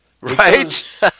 right